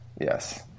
yes